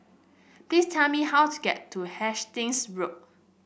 please tell me how to get to Hastings Road